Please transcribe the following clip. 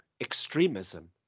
extremism